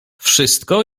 wszystko